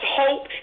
hope